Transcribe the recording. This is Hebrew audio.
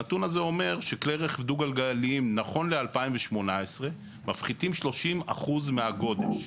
הנתון הזה אומר שכלי רכב דו גלגליים נכון ל-2018 מפחיתים 305 מהגודש.